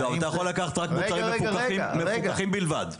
אתה יכול לקחת רק מוצרים מפוקחים, מפוקחים בלבד.